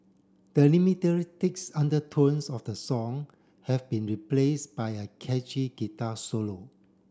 the undertones of the song have been replace by a catchy guitar solo